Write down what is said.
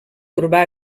urbà